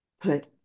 put